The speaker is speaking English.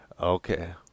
okay